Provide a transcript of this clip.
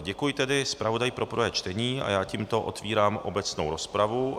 Děkuji tedy zpravodaji pro prvé čtení a tímto otevírám obecnou rozpravu.